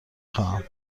خواهم